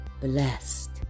blessed